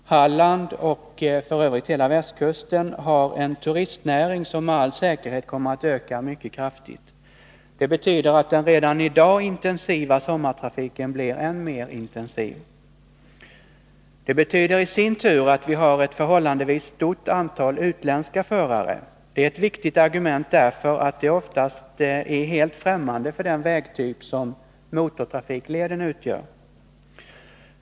Halland, och f.ö. hela västkusten, har en turistnäring som med all säkerhet kommer att öka mycket kraftigt. Det betyder att den redan i dag intensiva sommartrafiken blir än mer intensiv. Det betyder i sin tur att vi har ett förhållandevis stort antal utländska förare. Det är ett viktigt argument därför att de oftast är helt främmande för den vägtyp som motortrafikleden utgör.